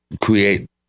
create